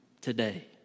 today